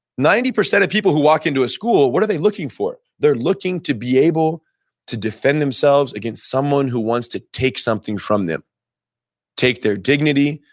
ninety percent of people who walk into a school, what are they looking for? they're looking to be able to defend themselves against someone who wants to take something from them take their dignity,